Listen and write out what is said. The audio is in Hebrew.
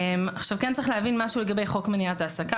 כן צריך להבין משהו לגבי חוק מניעת העסקה.